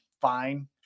fine